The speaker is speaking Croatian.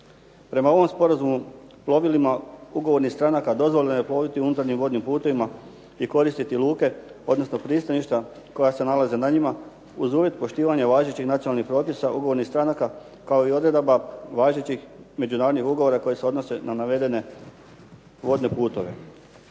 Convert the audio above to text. Prema ovom sporazumu plovilima ugovornih stranaka dozvoljeno je ploviti unutarnjim vodnim putovima i koristiti luke odnosno pristaništa koja se nalaze na njima uz uvjet poštivanja važećih nacionalnih propisa ugovornih stranaka kao i odredaba važećih međunarodnih ugovora koji se odnose na navedene vodne putove.